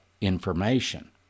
information